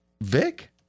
Vic